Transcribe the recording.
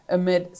amid